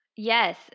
Yes